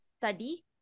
study